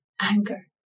anger